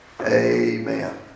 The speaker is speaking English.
amen